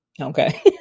Okay